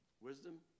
Wisdom